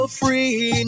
free